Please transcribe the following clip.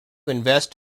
invest